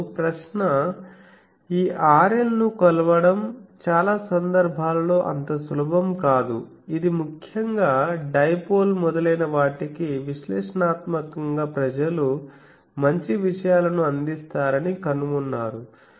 ఇప్పుడు ప్రశ్న ఈ RL ను కొలవడం చాలా సందర్భాలలో అంత సులభం కాదు ఇది ముఖ్యంగా డై పోల్ మొదలైన వాటికి విశ్లేషణాత్మకంగా ప్రజలు మంచి విషయాలను అందిస్తారని కనుగొన్నారు